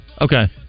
Okay